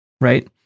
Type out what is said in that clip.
right